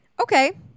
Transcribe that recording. Okay